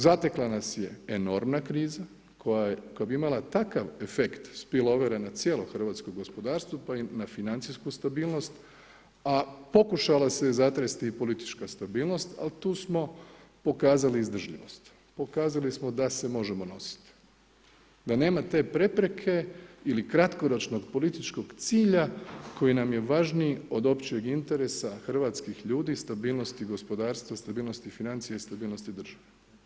Zatekla nas je enormna kriza koja bi imala takav afekt spillovera na cijelo hrvatsko gospodarstvo pa i na financijsku stabilnost a pokušala se zatresti i politička stabilnost ali tu smo pokazali izdržljivost, pokazali smo da se možemo nositi, da nema te prepreke ili kratkoročnog političkog cilja koji nam je važniji od općeg interesa hrvatskih ljudi, stabilnosti gospodarstva, stabilnosti financija i stabilnosti države.